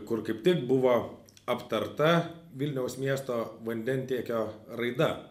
kur kaip tik buvo aptarta vilniaus miesto vandentiekio raida